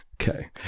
Okay